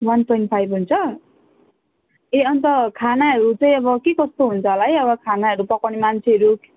one point five हुन्छ ए अन्त खानाहरू चाहिँ अब के कस्तो हुन्छ होला है अब खानाहरू पकाउने मान्छेहरू